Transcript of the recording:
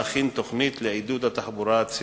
להכין תוכנית לעידוד התחבורה הציבורית.